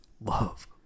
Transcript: love